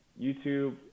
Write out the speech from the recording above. YouTube